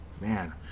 man